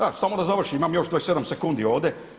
Da, samo da završim, imam još 27 sekundi ovdje.